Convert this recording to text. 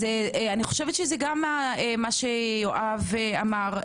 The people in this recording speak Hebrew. זה גם מה שיואב אמר.